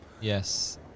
Yes